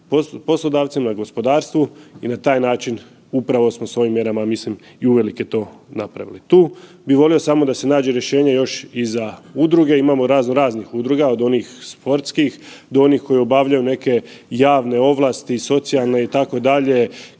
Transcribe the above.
poslodavcima i gospodarstvu i na taj način upravo smo s ovim mjerama i uvelike to napravili tu, bi volio da se samo nađe rješenje još i za udruge. Imamo razno raznih udruga, od onih sportskih do onih koje obavljaju neke javne ovlasti, socijalne itd.,